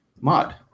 mod